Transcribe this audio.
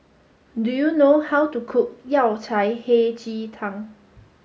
do you know how to cook Yao Cai Hei Ji Tang